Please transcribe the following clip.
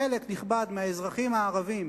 חלק נכבד מהאזרחים הערבים